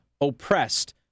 oppressed